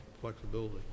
flexibility